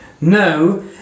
No